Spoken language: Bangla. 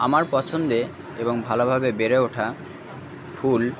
আমার পছন্দে এবং ভালোভাবে বেড়ে ওঠা ফুল